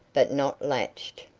but not latched.